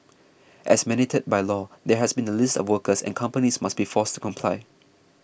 as mandated by law there has to be a list of workers and companies must be forced to comply